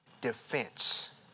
defense